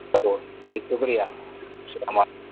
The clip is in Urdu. ضرور جی شکریہ السلام